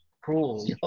cruel